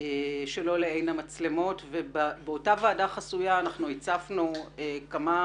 שלא לעין המצלמות ובאותה ועדה חסויה אנחנו הצפנו כמה